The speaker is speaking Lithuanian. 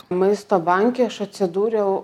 maisto banke aš atsidūriau